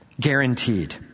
Guaranteed